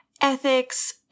ethics